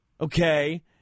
okay